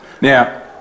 Now